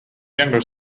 younger